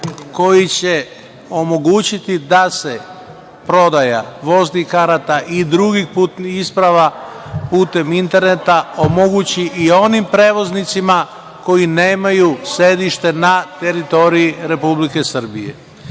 koji će omogućiti da se prodaja voznih karata i drugih putnih isprava putem interneta omogući i onim prevoznicima koji nemaju sedište na teritoriji Republike Srbije. Zaista,